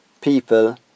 people